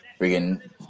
Freaking